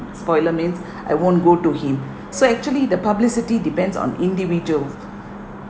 spoiler means I won't go to him so actually the publicity depends on individual